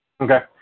Okay